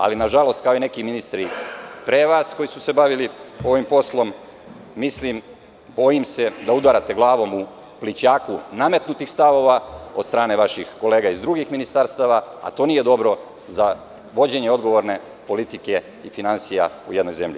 Ali nažalost, kao i neki ministri koji su pre vas se bavili ovim poslom, bojim se da udarate glavom u plićaku nametnutih stavova od strane vaših kolega iz drugih ministarstava, a to nije dobro za vođenje odgovorne politike i finansija u jednoj zemlji.